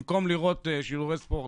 במקום לראות שידורי ספורט,